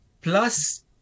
plus